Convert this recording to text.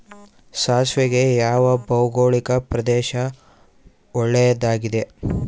ಸಾಸಿವೆಗೆ ಯಾವ ಭೌಗೋಳಿಕ ಪ್ರದೇಶ ಒಳ್ಳೆಯದಾಗಿದೆ?